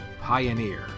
Pioneer